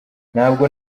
ntabwo